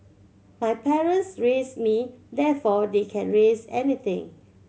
my parents raised me therefore they can raise anything